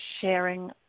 sharing